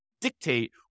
dictate